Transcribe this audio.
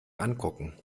angucken